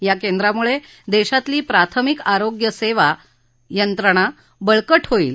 या केंद्रामुळे देशातली प्राथमिक आरोग्य सेवा यंत्रणा बळकट होईल